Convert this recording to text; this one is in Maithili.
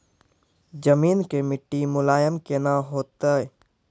जमीन के मिट्टी मुलायम केना होतै?